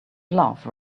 love